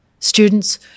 Students